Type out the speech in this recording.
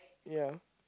ya